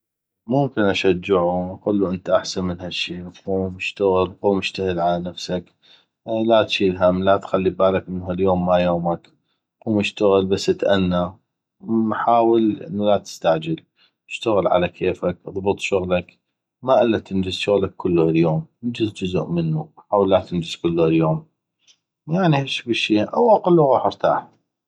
ممكن اشجعو اقلو انته احسن من هالشي قوم اشتغل قوم اجتهد على نفسك لا تشيل هم لا تخلي ببالك انو هاليوم ما يومك قوم اشتغل بس تأنى حاول انو ما تستعجل اشتغل على كيفك اضبط شغلك ما الا تنجز شغلك كلو هليوم انجز جزء منو حاول لا تنجز كلو هليوم يعني هشكل شي أو اقلو غوح ارتاح